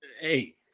Hey